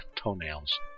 toenails